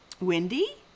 Wendy